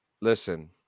Listen